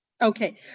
Okay